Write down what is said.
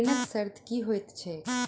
ऋणक शर्त की होइत छैक?